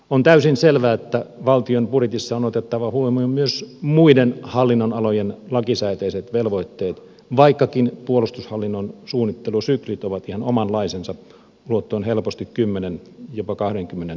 on täysin selvää että valtion budjetissa on otettava huomioon myös muiden hallinnonalojen lakisääteiset velvoitteet vaikkakin puolustushallinnon suunnittelusyklit ovat ihan omanlaisensa ulottuen helposti kymmenen jopa kahdenkymmenen vuoden päähän